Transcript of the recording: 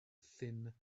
thin